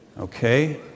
Okay